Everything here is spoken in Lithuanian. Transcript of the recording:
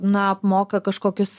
na apmoka kažkokius